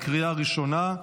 בקריאה ראשונה.